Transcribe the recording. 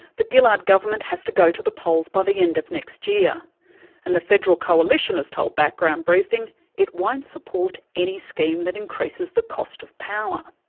the gillard government has to go to the polls by the end of next year and the federal coalition has told background briefing it won't support any scheme that increases the cost of power.